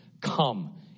come